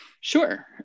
Sure